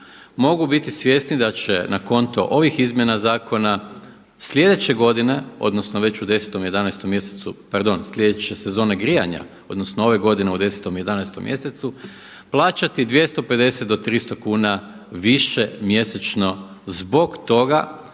mogu biti svjesni da će na konto ovih izmjena zakona sljedeće godine, odnosno već u 10.-tom, 11.-tom mjesecu, pardon, sljedeće sezone grijanja, odnosno ove godine u 10.-tom, 11.-tom mjesecu plaćati 250 do 300 kuna više mjesečno zbog toga